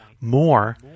more